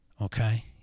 okay